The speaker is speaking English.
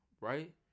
right